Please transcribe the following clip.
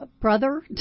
brother